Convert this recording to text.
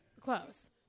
close